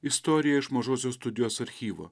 istorija iš mažosios studijos archyvo